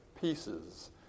pieces